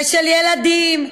ושל ילדים,